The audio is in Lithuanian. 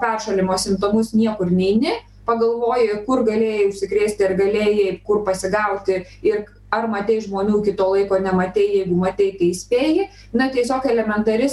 peršalimo simptomus niekur neini pagalvoji kur galėjai užsikrėsti ar galėjai kur pasigauti ir ar matei žmonių iki to laiko nematei jeigu matei tai įspėji na tiesiog elementari